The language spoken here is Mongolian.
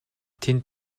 тэнд